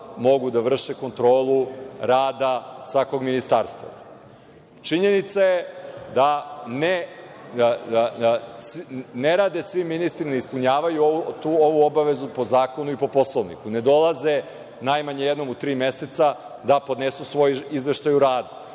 mogu da vrše kontrolu rada svakog ministarstva. Činjenica je da ne rade svi ministri, ne ispunjavaju ovu obavezu po zakonu i po Poslovniku. Ne dolaze najmanje jednom u tri meseca da podnose svoj izveštaj o